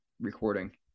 recording